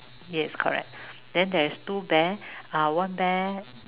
yes correct then there is two bear uh one bear